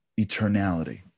eternality